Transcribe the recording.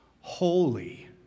holy